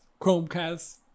Chromecast